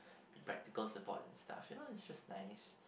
be practical support and stuff you know it's just nice